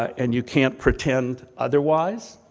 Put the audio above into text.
and you can't pretend otherwise.